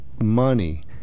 money